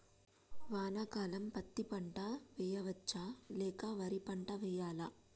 వానాకాలం పత్తి పంట వేయవచ్చ లేక వరి పంట వేయాలా?